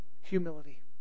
Humility